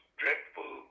dreadful